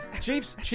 Chiefs